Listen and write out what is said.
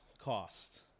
cost